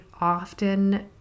often